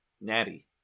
Natty